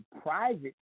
private